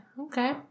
Okay